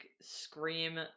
scream